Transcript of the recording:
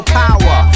power